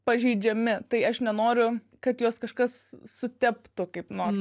pažeidžiami tai aš nenoriu kad juos kažkas suteptų kaip nors